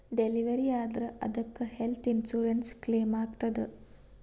Delivery ಆದ್ರ ಅದಕ್ಕ health insurance ಕ್ಲೇಮಾಗ್ತದ?